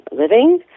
living